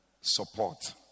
support